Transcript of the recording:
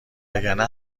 وگرنه